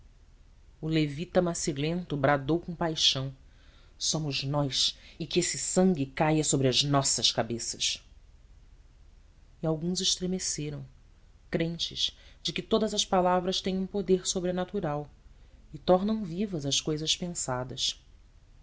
o levita macilento bradou com paixão somos nós e que esse sangue caia sobre as nossas cabeças e alguns estremeceram crentes de que todas as palavras têm um poder sobrenatural e tornam vivas as cousas pensadas